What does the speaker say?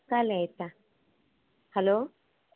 ಖಾಲಿ ಆಯಿತಾ ಹಲೋ